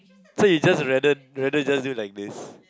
so you'd just rather rather just do like this